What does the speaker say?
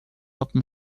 often